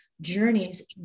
journeys